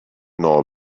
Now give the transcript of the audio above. nor